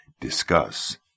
Discuss